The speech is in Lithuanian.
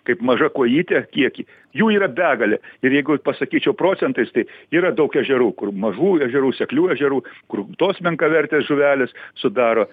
kaip maža kojytė kiekį jų yra begalė ir jeigu ir pasakyčiau procentais tai yra daug ežerų kur mažų ežerų seklių ežerų kur tos menkavertės žuvelės sudaro